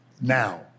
now